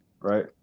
right